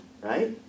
right